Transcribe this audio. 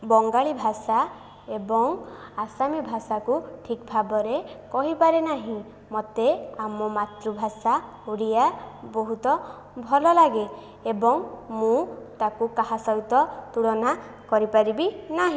ବଙ୍ଗାଳୀ ଭାଷା ଏବଂ ଆସାମୀ ଭାଷାକୁ ଠିକ୍ ଭାବରେ କହିପାରେ ନାହିଁ ମୋତେ ଆମ ମାତୃଭାଷା ଓଡ଼ିଆ ବହୁତ ଭଲ ଲାଗେ ଏବଂ ମୁଁ ତାକୁ କାହା ସହିତ ତୁଳନା କରିପାରିବି ନାହିଁ